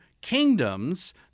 kingdoms